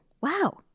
wow